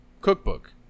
cookbook